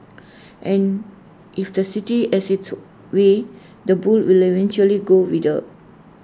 and if the city has its way the bull will eventually go with her